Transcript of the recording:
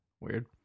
Weird